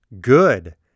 Good